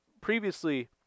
previously